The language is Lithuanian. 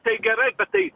tai gerai bet tai